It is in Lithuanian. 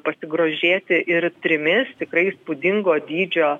pasigrožėti ir trimis tikrai įspūdingo dydžio